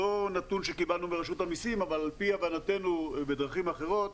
לא נתון שקיבלנו מרשות המסים אבל על פי הבנתנו בדרכים אחרות,